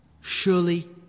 Surely